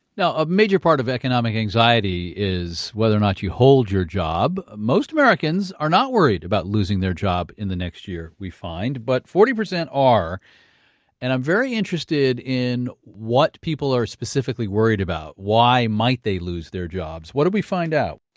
now a major part of economic anxiety is whether or not you hold your job. most americans are not worried about losing their job in the next year we find. but forty percent are and i'm very interested in what people are specifically worried about. why might they lose their jobs? what did we find out?